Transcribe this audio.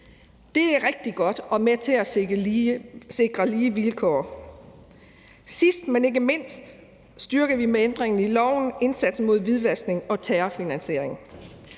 Det er rigtig godt og er med til at sikre lige vilkår. Sidst, men ikke mindst, styrker vi med ændringen i loven indsatsen mod hvidvaskning og terrorfinansiering.